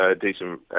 decent